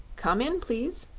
come in, please,